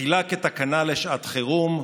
בתחילה כתקנה לשעת חירום,